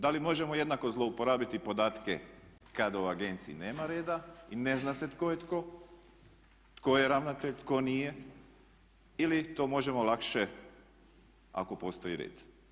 Da li možemo jednako zlouporabiti podatke kad u agenciji nema reda i ne zna se tko je tko, tko je ravnatelj, tko nije ili to možemo lakše ako postoji red?